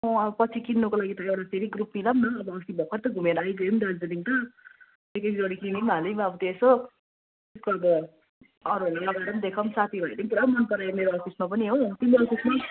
अब पछि किन्नुको लागि त एउटा फेरि ग्रुप मिलौँ अब अस्ति भर्खर त घुमेर आइगयौँ दार्जिलिङ त एक एकजोडी किनी पनि हाल्यौँ अब त यसो अरूहरूलाई लगाएर पनि देखायौँ साथी भाइहरले पनि पुरा मन परायो मेरो अफिसमा पनि हो तिनीहरू त त्यहीँ